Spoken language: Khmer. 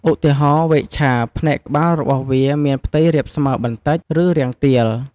ឧទារហណ៍ វែកឆា ផ្នែកក្បាលរបស់វាមានផ្ទៃរាបស្មើបន្តិច ឬរាងទាល។